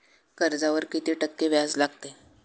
कर्जावर किती टक्के व्याज लागते?